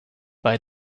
bei